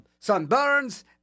sunburns